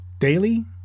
daily